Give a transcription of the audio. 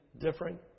different